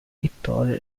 pittore